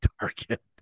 Target